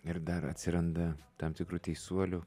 ir dar atsiranda tam tikrų teisuolių